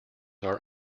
are